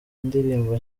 indirimbo